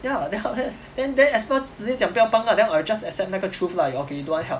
ya then 他他 then then as well 直接讲不要帮 lah then I just accept 那个 truth lah okay you don't want help